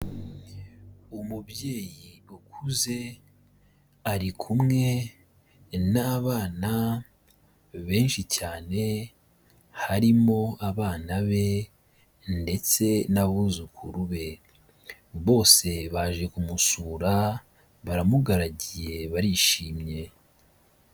Umubyeyi ukuze, ari kumwe n'abana benshi cyane, harimo abana be, ndetse n'abuzukuru be. Bose baje kumusura, baramugaragiye barishimye.